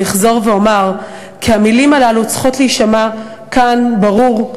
אני אחזור ואומר כי המילים האלה צריכות להישמע כאן ברור,